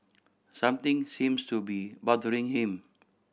something seems to be bothering him